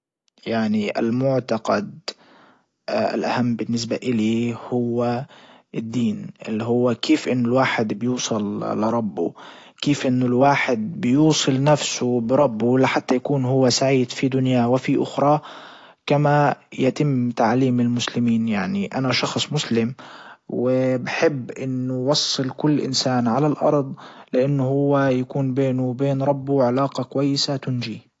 يعني المعتقد الاهم بالنسبة الي هو الدين اللي هو كيف انه الواحد بيوصل لربه كيف انه الواحد بيوصل نفسه بربه لحتى يكون هو سعيد في دنياه وفي اخراه كما يتم تعليم المسلمين يعني انا شخص مسلم وبحب انه يوصل كل انسان على الارض لانه هو يكون بينه وبين ربه علاقة كويسة تنجيه.